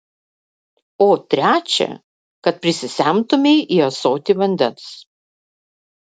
o trečią kad prisisemtumei į ąsotį vandens